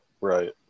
Right